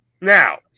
Now